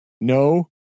No